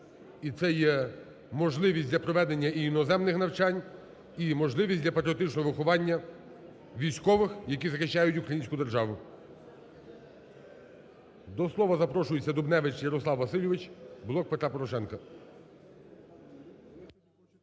і це є можливість для проведення і іноземних навчань, і можливість для патріотичного виховання військових, які захищають українську державу. До слова запрошується Дубневич Ярослав Васильович, "Блок Петра Порошенка".